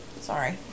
Sorry